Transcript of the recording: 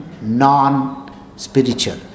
non-spiritual